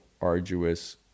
arduous